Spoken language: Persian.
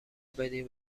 بدین